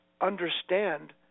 understand